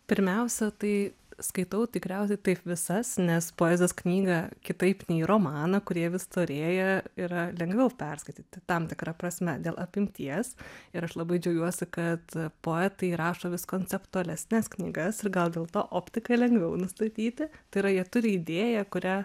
pirmiausia tai skaitau tikriausiai taip visas nes poezijos knygą kitaip nei romaną kurie vis storėja yra lengviau perskaityti tam tikra prasme dėl apimties ir aš labai džiaugiuosi kad poetai rašo vis konceptualesnes knygas ir gal dėl to optiką lengviau nustatyti tai yra jie turi idėją kurią